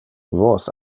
vos